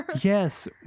Yes